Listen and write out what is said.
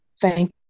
Thank